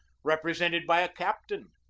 represented by a captain,